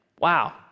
Wow